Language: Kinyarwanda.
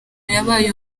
yabaye